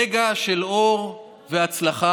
רגע של אור והצלחה,